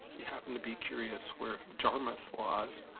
you happen to be curious where jarmuth was,